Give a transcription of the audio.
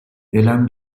دلم